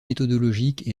méthodologiques